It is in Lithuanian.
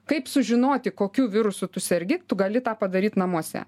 kaip sužinoti kokiu virusu tu sergi tu gali tą padaryt namuose